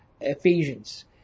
Ephesians